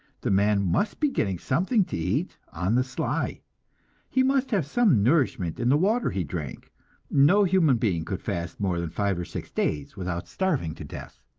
the man must be getting something to eat on the sly he must have some nourishment in the water he drank no human being could fast more than five or six days without starving to death.